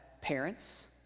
parents